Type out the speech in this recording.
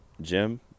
Jim